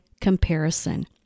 comparison